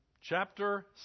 Chapter